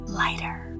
lighter